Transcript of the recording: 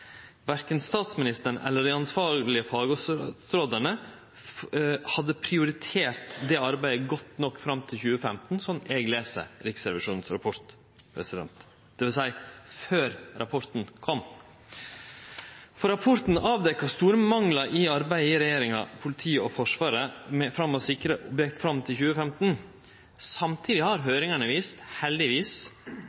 Verken statsministeren eller dei ansvarlege fagstatsrådane hadde prioritert det arbeidet godt nok fram til 2015, slik eg les rapporten frå Riksrevisjonen – dvs. før rapporten kom. For rapporten avdekte store manglar i arbeidet i regjeringa, i politiet og i Forsvaret med å sikre objekt, fram til 2015. Samtidig har